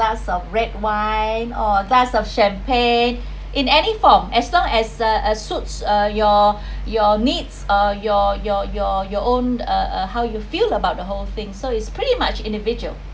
glass of red wine or glass of champagne in any form as long as uh suits uh your your needs or your your your your own uh how you feel about the whole thing so it's pretty much individual